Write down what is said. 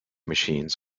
machines